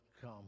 come